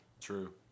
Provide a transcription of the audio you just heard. True